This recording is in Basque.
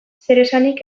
zeresanik